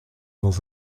dans